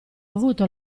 avuto